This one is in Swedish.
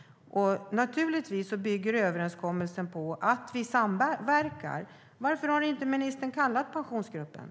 Naturligtvis bygger överenskommelsen på att vi samverkar. Varför har inte ministern kallat Pensionsgruppen?